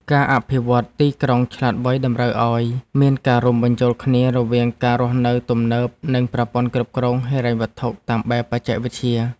ការអភិវឌ្ឍន៍ទីក្រុងឆ្លាតវៃតម្រូវឱ្យមានការរួមបញ្ចូលគ្នារវាងការរស់នៅទំនើបនិងប្រព័ន្ធគ្រប់គ្រងហិរញ្ញវត្ថុតាមបែបបច្ចេកវិទ្យា។